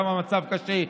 כמה במצב קשה,